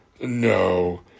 No